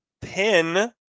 pin